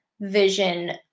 vision